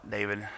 David